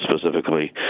specifically